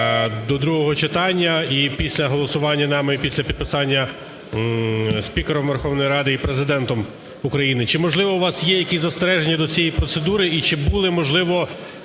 до другого читання і після голосування нами, після підписання спікером Верховної Ради і Президентом України? Чи, можливо, у вас є якісь застереження до цієї процедури?